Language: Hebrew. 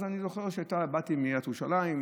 אני זוכר שבאתי מעיריית ירושלים,